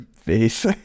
face